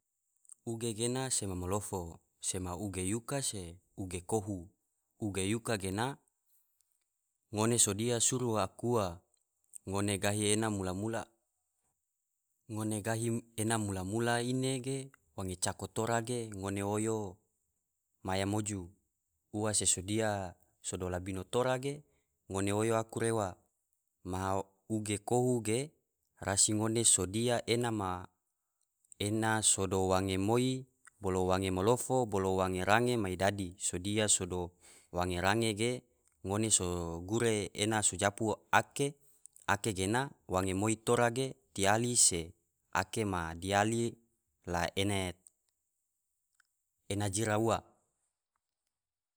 Uge gena sema malofo, sema uge yuka se uge kohu, uge yuka gena ngone sodia suru aku ua, ngone gahi ena mula-mula ine ge wange cako tora ge ngone oyo maya moju, ua se sodia sado labino tora ge ngone oyo aku rewa, maha uge kohu ge rasi ngone sodia ena sodo wange moi bolo wange malofo bolo wange range mai dadi, sodia sado wange range ge ngone so gure ena so japu ake, ake gena wange moi tora ge tiyali se ake ma diyali la ena jira ua.